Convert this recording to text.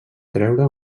treure